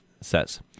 says